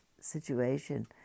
situation